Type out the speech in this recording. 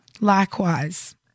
Likewise